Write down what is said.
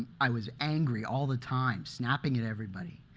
i was angry all the time, snapping at everybody.